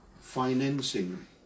financing